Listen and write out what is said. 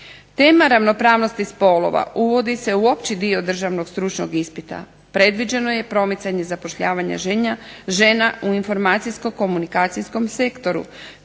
Tema ravnopravnosti spolova uvodi se u opći dio državnog stručnog ispita, predviđeno je promicanje zapošljavanja žena u informacijsko-komunikacijskom sektoru